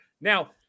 Now